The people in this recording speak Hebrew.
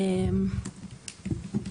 (מוקרנת מצגת)